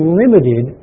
limited